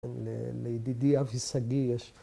לידידי אבי שגיא יש